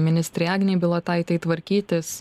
ministrei agnei bilotaitei tvarkytis